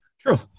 true